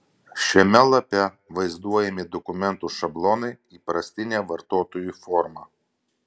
šiame lape vaizduojami dokumentų šablonai įprastine vartotojui forma